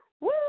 Woo